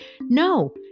No